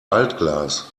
altglas